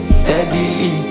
steady